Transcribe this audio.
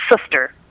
sister